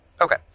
Okay